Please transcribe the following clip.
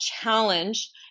challenge